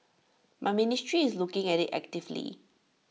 my ministry is looking at IT actively